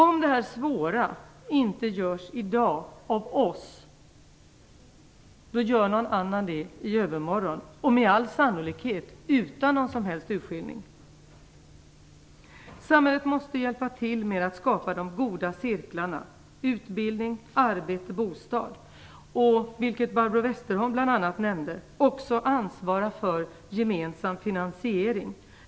Om detta svåra inte görs i dag av oss, då gör någon annan det i övermorgon, och med all sannolikhet utan någon som helst urskillning. Samhället måste hjälpa till med att skapa de goda cirklarna: utbildning, arbete och bostad. Samhället måste också ansvara för gemensam finansiering. Det nämnde bl.a. Barbro Westerholm.